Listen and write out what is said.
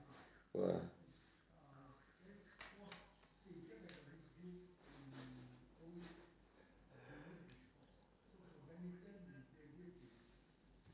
!wah!